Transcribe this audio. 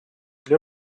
для